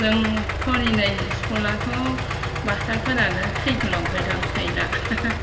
जों फरायनाय स्कुलाथ' मास्टारफोरानो थैगु लांबाय दां गैला